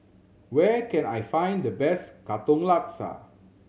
where can I find the best Katong Laksa